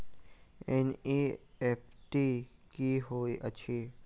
NEFT की होइत अछि?